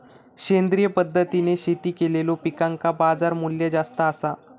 सेंद्रिय पद्धतीने शेती केलेलो पिकांका बाजारमूल्य जास्त आसा